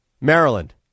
Maryland